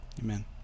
amen